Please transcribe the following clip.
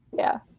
yeah.